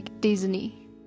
Disney